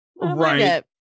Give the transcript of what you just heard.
Right